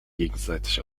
gegenseitig